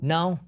Now